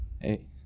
hey